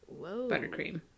buttercream